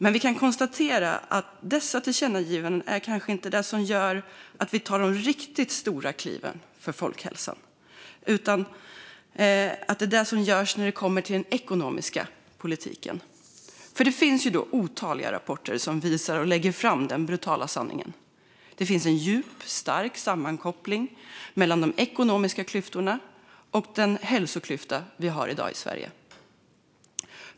Men vi kan konstatera att det kanske inte är det som berörs i dessa tillkännagivanden som gör att vi tar de riktigt stora kliven för folkhälsan, utan det är det som görs när det gäller den ekonomiska politiken. Det finns otaliga rapporter som visar den brutala sanningen: Det finns en djup, stark sammankoppling mellan de ekonomiska klyftorna och den hälsoklyfta vi har i Sverige i dag.